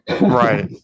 Right